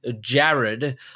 Jared